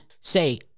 say